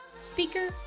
Speaker